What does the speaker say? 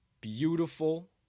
beautiful